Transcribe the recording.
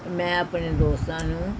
ਮੈਂ ਆਪਣੇ ਦੋਸਤਾਂ ਨੂੰ